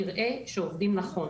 יראה שעובדים נכון.